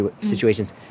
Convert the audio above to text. situations